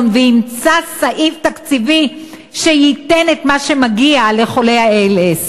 וימצא סעיף תקציבי שייתן את מה שמגיע לחולי ה-ALS.